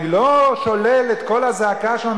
אני לא שולל את קול הזעקה,